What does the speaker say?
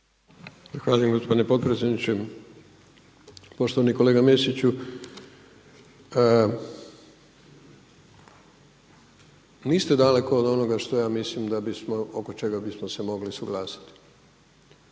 gospodine potpredsjedniče. Poštovani kolega Mesiću, niste daleko od onoga što ja mislim da bismo, oko čega bismo se mogli suglasiti.